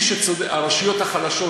הרשויות החלשות,